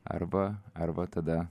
arba arba tada